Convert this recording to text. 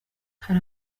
hari